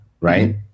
right